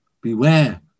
Beware